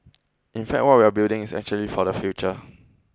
in fact what we are building is actually for their future